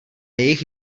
jejich